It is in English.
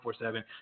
24-7